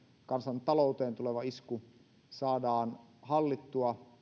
kansantalouteen tuleva isku saadaan hallittua